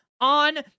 on